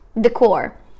decor